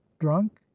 drunk